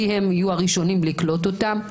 כי הם יהיו הראשונים לקלוט אותם.